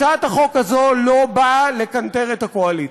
הצעת החוק הזאת לא באה לקנטר את הקואליציה.